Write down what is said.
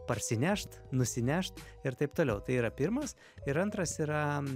parsinešt nusinešt ir taip toliau tai yra pirmas ir antras yra